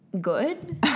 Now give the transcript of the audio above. good